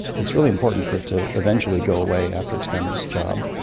it's really important for it to eventually go away after its done its job.